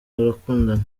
barakundana